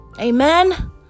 Amen